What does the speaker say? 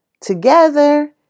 together